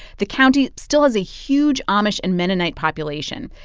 the county still has a huge amish and mennonite population,